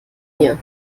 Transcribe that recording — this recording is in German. hier